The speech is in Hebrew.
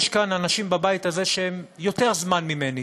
יש כאן אנשים שהם יותר זמן ממני